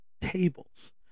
tables